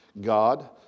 God